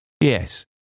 Yes